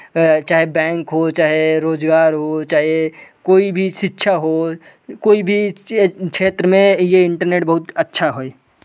चाहे बैंक हो चाहे रोज़गार हो चाहे कोई भी शिक्षा हो कोई भी क्षेत्र में ये इंटरनेट बहुत अच्छा है